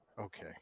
Okay